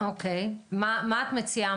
מה את מציעה?